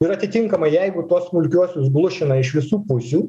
ir atitinkamai jeigu tuos smulkiuosius glušina iš visų pusių